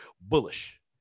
bullish